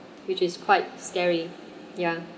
which is quite scary ya